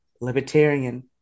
libertarian